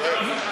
תישאר.